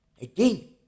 Again